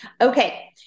Okay